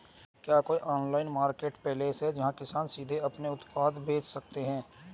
क्या कोई online marketplace है जहां किसान सीधे अपने उत्पाद बेच सकते हैं?